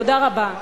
תודה רבה.